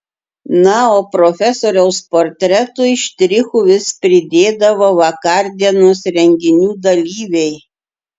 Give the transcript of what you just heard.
na o profesoriaus portretui štrichų vis pridėdavo vakardienos renginių dalyviai